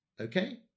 okay